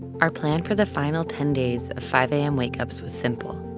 our plan for the final ten days of five a m. wake ups was simple.